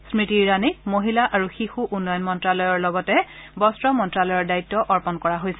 স্নতি ইৰাণীক মহিলা আৰু শিশু উন্নয়ন মন্ত্ৰালয়ৰ লগতে বস্ত্ৰ মন্ত্ৰালয়ৰ দায়িত্ব অৰ্পণ কৰা হৈছে